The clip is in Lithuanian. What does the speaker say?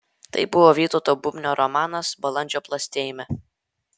tai buvo vytauto bubnio romanas balandžio plastėjime